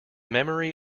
memory